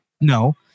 No